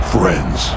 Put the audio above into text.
Friends